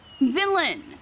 villain